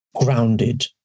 grounded